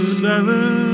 seven